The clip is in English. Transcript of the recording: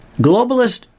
globalist